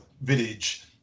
village